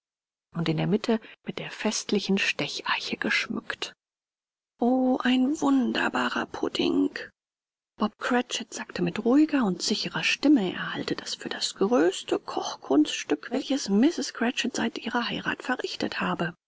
und in der mitte mit der festlichen stecheiche geschmückt o ein wunderbarer pudding bob cratchit sagte mit ruhiger und sicherer stimme er halte das für das größte kochkunststück welches mrs cratchit seit ihrer heirat verrichtet habe